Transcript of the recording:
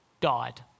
died